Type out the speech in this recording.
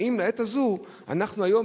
האם לעת הזאת אנחנו היום,